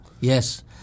Yes